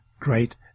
Great